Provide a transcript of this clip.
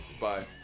Bye